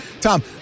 Tom